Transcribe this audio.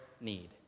need